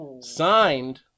signed